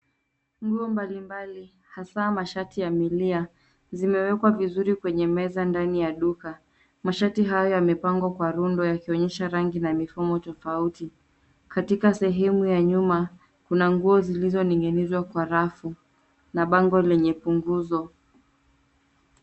Nguo mbali mbali, hasa mashati ya milia, zimewekwa vizuri kwenye meza ndani ya duka. Mashati hayo yamepangwa kwa rundo, yakionyesha rangi na mifumo tofauti. Katika sehemu ya nyuma, kuna nguo zilizoning'inizwa kwa rafu, na bango lenye punguzo.